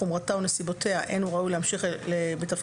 חומרתה או נסיבותיה אין הוא ראוי להמשיך בתפקידו,